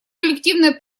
коллективное